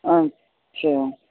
अच्छा